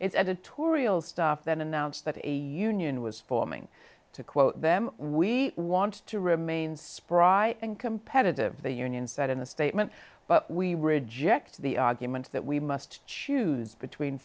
its editorial staff then announced that eighty union was forming to quote them we want to remain spry and competitive the union said in a statement but we reject the argument that we must choose between